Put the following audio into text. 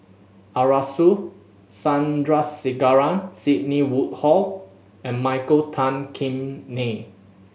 Arasu Sandrasegaran Sidney Woodhull and Michael Tan Kim Nei